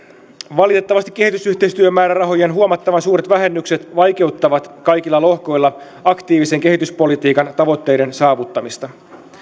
valitettavasti kehitysyhteistyömäärärahojen huomattavan suuret vähennykset vaikeuttavat kaikilla lohkoilla aktiivisen kehityspolitiikan tavoitteiden saavuttamista